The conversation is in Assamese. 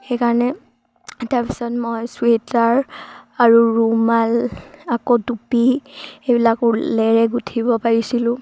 সেইকাৰণে তাৰপিছত মই চুৱেটাৰ আৰু ৰুমাল আকৌ টুপি সেইবিলাক ঊলেৰে গুঠিব পাৰিছিলোঁ